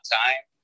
time